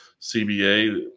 CBA